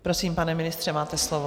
Prosím, pane ministře, máte slovo.